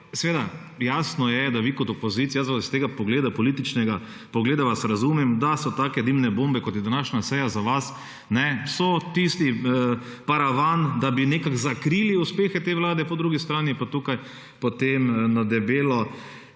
Seveda jasno je, da vi kot opozicija, jaz vas s tega pogleda političnega vas razumem, da so take dimne bombe, kot je današnja seja za vas so tisti paravan, da bi nekako zakrili uspehe te vlade, po drugi strani pa tukaj potem na debelo